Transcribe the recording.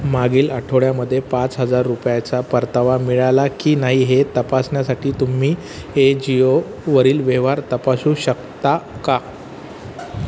मागील आठवड्यामध्ये पाच हजार रुपयाचा परतावा मिळाला की नाही हे तपासण्यासाठी तुम्ही एजीओवरील व्यवहार तपासू शकता का